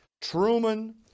Truman